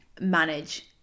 manage